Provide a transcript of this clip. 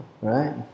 right